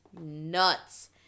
nuts